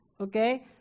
okay